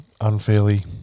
unfairly